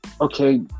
okay